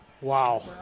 Wow